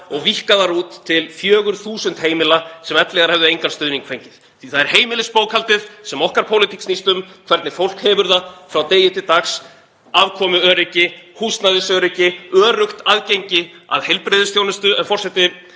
og víkkaðar út til 4.000 heimila sem ellegar hefðu engan stuðning fengið því það er heimilisbókhaldið sem okkar pólitík snýst um, hvernig fólk hefur það frá degi til dags. Afkomuöryggi, húsnæðisöryggi, öruggt aðgengi að heilbrigðisþjónustu. Forseti.